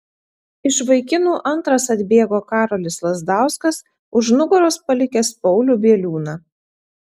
iš vaikinų antras atbėgo karolis lazdauskas už nugaros palikęs paulių bieliūną